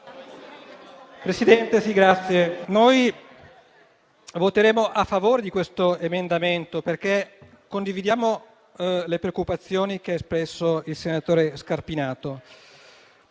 Presidente, voteremo a favore di questo emendamento, perché condividiamo le preoccupazioni che ha espresso il senatore Scarpinato.